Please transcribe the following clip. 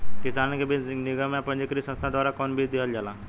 किसानन के बीज निगम या पंजीकृत संस्था द्वारा कवन बीज देहल जाला?